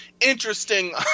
interesting